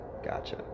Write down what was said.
Gotcha